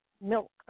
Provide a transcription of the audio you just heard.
milk